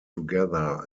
together